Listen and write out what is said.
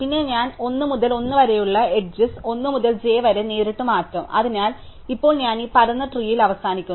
പിന്നെ ഞാൻ l മുതൽ i വരെയുള്ള എഡ്ജസ് l മുതൽ j വരെ നേരിട്ട് മാറ്റും അതിനാൽ ഇപ്പോൾ ഞാൻ ഈ പരന്ന ട്രീയിൽ അവസാനിക്കുന്നു